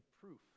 proof